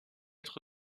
être